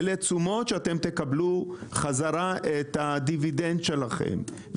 אתם תקבלו חזרה את הדיבידנד שלכם.